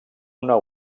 una